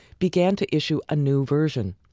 began to issue a new version,